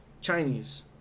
Chinese